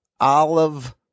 olive